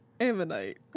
Ammonite